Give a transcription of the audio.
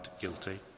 guilty